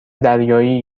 دریایی